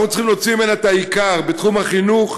אנחנו צריכים להוציא ממנה את העיקר בתחום החינוך,